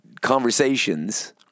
conversations